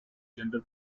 gender